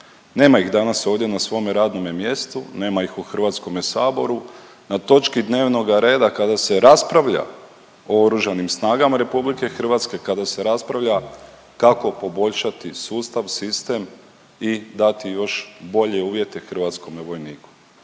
Nema ih danas ovdje na svome radnome mjestu, nema ih u HS-u na točki dnevnoga reda kada se raspravlja o Oružanim snagama RH, kada se raspravlja kako poboljšati sustav, sistem i dati još bolje uvjete hrvatskome vojniku.